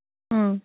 ꯑ